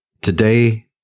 Today